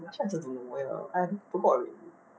actually I also don't know oh ya I forgot already